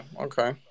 okay